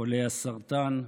חולי הסרטן?